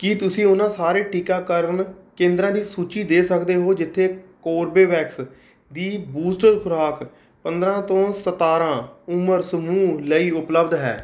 ਕੀ ਤੁਸੀਂ ਉਹਨਾਂ ਸਾਰੇ ਟੀਕਾਕਰਨ ਕੇਂਦਰਾਂ ਦੀ ਸੂਚੀ ਦੇ ਸਕਦੇ ਹੋ ਜਿੱਥੇ ਕੋਰਬੇਵੈਕਸ ਦੀ ਬੂਸਟਰ ਖੁਰਾਕ ਪੰਦਰਾਂ ਤੋਂ ਸਤਾਰਾਂ ਉਮਰ ਸਮੂਹ ਲਈ ਉਪਲਬਧ ਹੈ